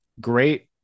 great